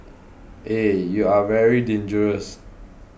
eh you are very dangerous